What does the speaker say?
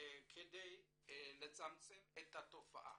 כדי לצמצם את התופעה.